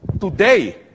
today